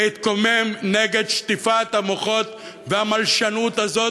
להתקומם נגד שטיפת המוחות והמלשנות הזאת,